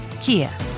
Kia